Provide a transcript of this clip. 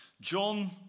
John